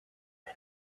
men